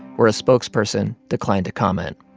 where a spokesperson declined to comment